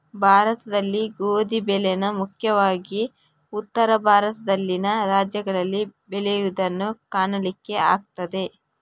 ಭಾರತದಲ್ಲಿ ಗೋಧಿ ಬೆಳೇನ ಮುಖ್ಯವಾಗಿ ಉತ್ತರ ಭಾರತದಲ್ಲಿನ ರಾಜ್ಯಗಳಲ್ಲಿ ಬೆಳೆಯುದನ್ನ ಕಾಣಲಿಕ್ಕೆ ಆಗ್ತದೆ